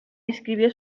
escribió